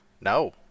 No